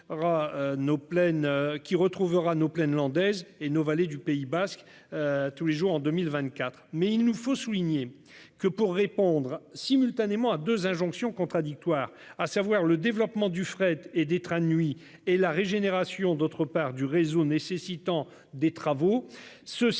qui retrouvera nos plaines landaise et nos vallées du Pays basque. Tous les jours en 2024 mais il nous faut souligner que pour répondre simultanément à 2 injonctions contradictoires, à savoir le développement du fret et des trains de nuit et la régénération d'autre part du réseau nécessitant des travaux